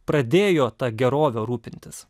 pradėjo ta gerove rūpintis